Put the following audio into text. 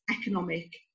economic